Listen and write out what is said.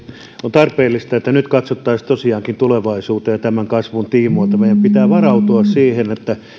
on tarpeellista että nyt katsottaisiin tosiaankin tulevaisuuteen ja tämän kasvun tiimoilta meidän pitää varautua siihen että